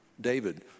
David